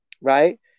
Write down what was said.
right